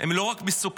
הן לא רק מסוכנות,